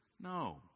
No